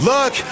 Look